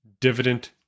dividend